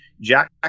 Jack